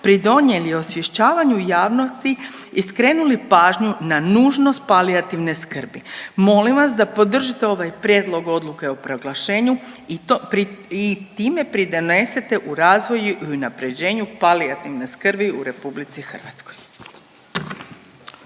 pridonijeli osvješćavanju javnosti i skrenuli pažnju na nužnost palijativne skrbi. Molim vas da podržite ovaj prijedlog odluke o proglašenju i time pridonesete u razvoju i unapređenju palijativne skrbi u Republici Hrvatskoj.